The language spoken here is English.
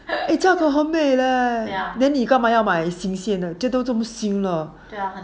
价格很美呃 then 你干嘛要买新鲜的这都不新了